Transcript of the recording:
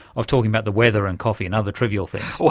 of talking about the weather and coffee and other trivial things. so